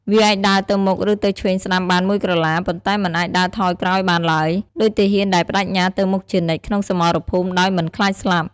វាអាចដើរទៅមុខ ឬទៅឆ្វេងស្តាំបានមួយក្រឡា ប៉ុន្តែមិនអាចដើរថយក្រោយបានឡើយ ដូចទាហានដែលប្តេជ្ញាទៅមុខជានិច្ចក្នុងសមរភូមិដោយមិនខ្លាចស្លាប់។